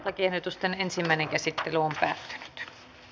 lakiehdotusten ensimmäinen käsittely päättyi